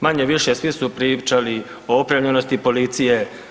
Manje-više sve su pričali o opremljenosti policije.